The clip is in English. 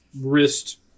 wrist